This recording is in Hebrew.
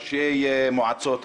ראשי מועצות,